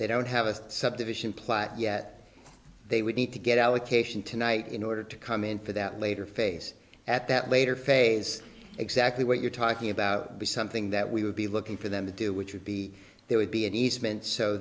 they don't have a subdivision plat yet they would need to get allocation tonight in order to come in for that later face at that later phase exactly what you're talking about something that we would be looking for them to do which would be there would be an